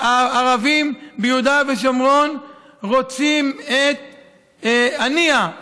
הערבים ביהודה ושומרון רוצים את הנייה,